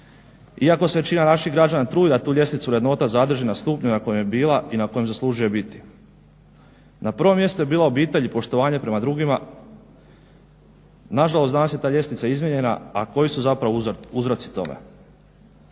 Iako se većina naših građana trudi da tu ljestvicu vrednota zadrži na stupnju na kojem je bila i na kojem zaslužuje biti. Na prvom mjestu je bila obitelj i poštovanje prema drugima, nažalost ta ljestvica je izmijenjena. A koji su zapravo uzroci toga?